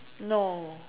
no